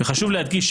חשוב להדגיש,